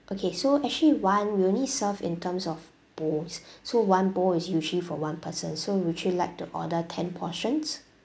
okay so actually one we only serve in terms of bowl so one bowl is usually for one person so would you like to order ten portions